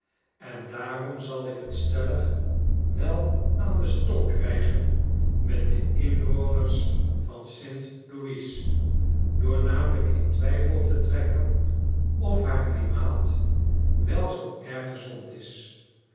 en daarom zal ik t stellig wel aan den stok krijgen met de inwoners van st louis door namelijk in twijfel te trekken of haarklischetsen